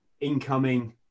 incoming